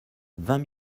vingt